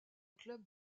club